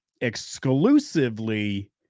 exclusively